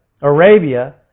Arabia